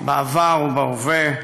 בעבר ובהווה,